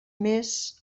més